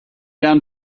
down